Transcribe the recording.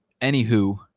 anywho